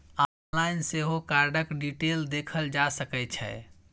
online सेहो कार्डक detail देखल जा सकै छै